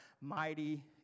mighty